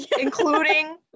Including